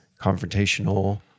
confrontational